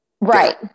Right